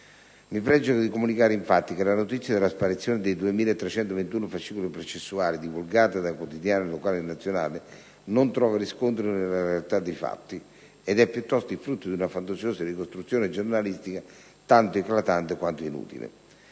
Mi pregio di comunicare, infatti, che la notizia della sparizione dei 2.321 fascicoli processuali, divulgata da quotidiani locali e nazionali, non trova riscontro nella realtà dei fatti ed è, piuttosto, il frutto di una fantasiosa ricostruzione giornalistica, tanto eclatante quanto inutile.